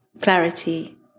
clarity